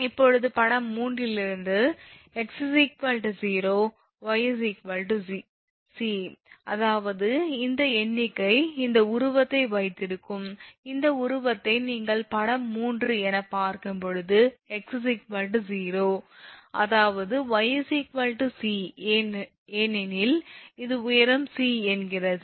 இப்போது படம் 3 இலிருந்து x 0 𝑦 𝑐 அதாவது இந்த எண்ணிக்கை இந்த உருவத்தை வைத்திருக்கும் இந்த உருவத்தை நீங்கள் படம் 3 என்று பார்க்கும் போது x 0 அதாவது 𝑦 𝑐 ஏனெனில் இது உயரம் 𝑐 என்கிறது